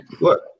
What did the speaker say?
look